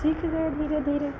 सीख गए धीरे धीरे